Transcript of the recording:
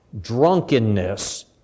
drunkenness